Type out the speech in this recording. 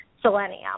selenium